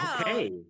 Okay